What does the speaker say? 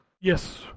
yes